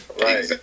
Right